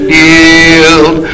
yield